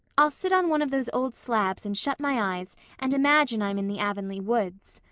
i'll sit on one of those old slabs and shut my eyes and imagine i'm in the avonlea woods.